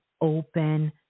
open